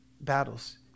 battles